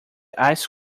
ice